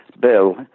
Bill